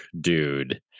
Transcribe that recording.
dude